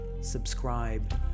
subscribe